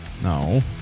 No